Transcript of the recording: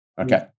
Okay